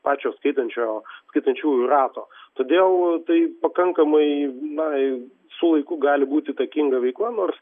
pačio skaitančio skaitančiųjų rato todėl tai pakankamai na su laiku gali būt įtakinga veikla nors